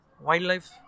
wildlife